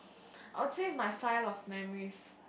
I will save my file of memories